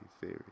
theory